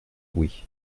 oui